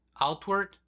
outward